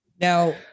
Now